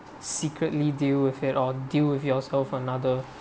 secretly deal with it or deal with yourself another